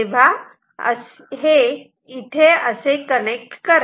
तेव्हा हे असे कनेक्ट करा